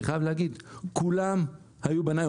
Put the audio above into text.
אני חייב להגיד: כולם היו בניי,